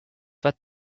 that